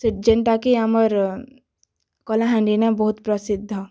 ଯେନ୍ଟାକି ଆମର୍ କଲାହାଣ୍ଡିନେ ବହୁତ୍ ପ୍ରସିଦ୍ଧ